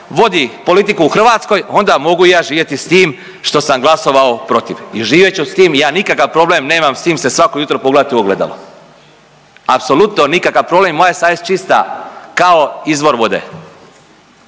vodi politiku u Hrvatsku onda mogu i ja živjeti s tim što sam glasovao protiv. I živjet ću s tim, ja nikakav problem nemam s tim se svako jutro pogledati u ogledalo, apsolutno nikakav problem i moja je savjest čista kao izvor vode.